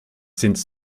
since